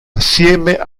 assieme